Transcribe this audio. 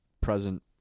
present